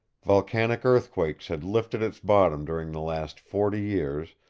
volcanic earthquakes had lifted its bottom during the last forty years,